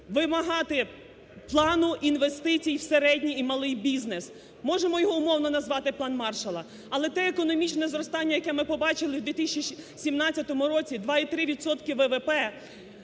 вимагати Плану інвестицій в середній і малих бізнес. Можемо його умовно назвати "план Маршалла", але те економічне зростання, яке ми побачили в 2017 році, 2,3